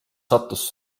sattus